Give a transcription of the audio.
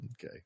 Okay